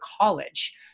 college